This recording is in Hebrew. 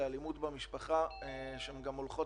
לאלימות במשפחה שגם הולכות